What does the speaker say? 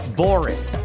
boring